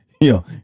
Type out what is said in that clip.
Yo